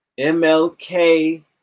mlk